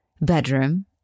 bedroom